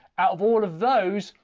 out of all of those,